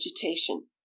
vegetation